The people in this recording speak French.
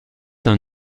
d’un